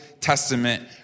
Testament